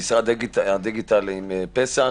משרד הדיגיטל, עם פסח,